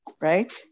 right